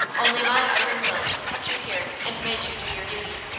only my iron will has kept you here and made you do your duty.